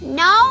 no